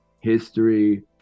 history